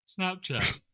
Snapchat